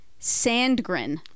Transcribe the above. Sandgren